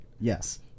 Yes